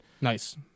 Nice